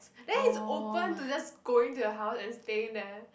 then he's open to just going to their house and staying there